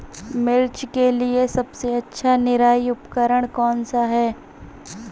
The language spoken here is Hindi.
मिर्च के लिए सबसे अच्छा निराई उपकरण कौनसा है?